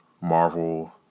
Marvel